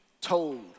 told